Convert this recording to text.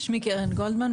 שמי קרן גולדמן,